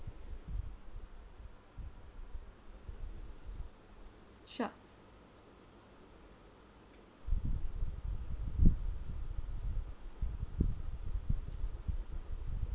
sure